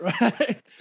right